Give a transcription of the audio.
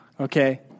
okay